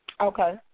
Okay